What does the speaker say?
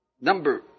Number